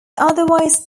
otherwise